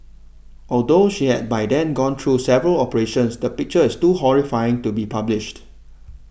although she had by then gone through several operations the picture is too horrifying to be published